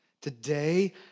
today